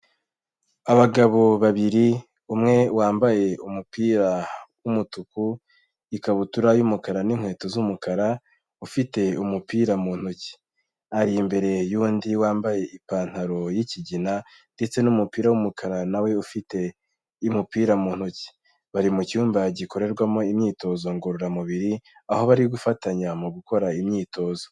Abagabo babiri umwe wambaye umupira w'umutuku, ikabutura y'umukara n'inkweto z'umukara, ufite umupira mu ntoki, ari imbere y'undi wambaye ipantaro y'ikigina ndetse n'umupira w'umukara na we ufite y'umupira mu ntoki, bari mucyumba gikorerwamo imyitozo ngororamubiri, aho bari gufatanya mu gukora imyitozo.